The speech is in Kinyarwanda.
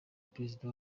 perezida